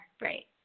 Right